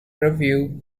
review